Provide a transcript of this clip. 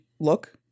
look